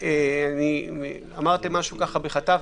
אמרתם משהו בחטף,